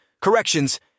corrections